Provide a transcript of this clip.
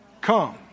Come